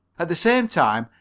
at the same time,